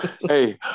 Hey